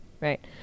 right